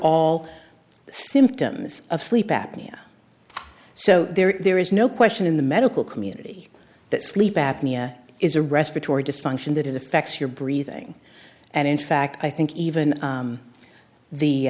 all symptoms of sleep apnea so there is no question in the medical community that sleep apnea is a respiratory dysfunction that it affects your breathing and in fact i think even